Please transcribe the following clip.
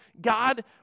God